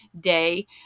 day